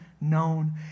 known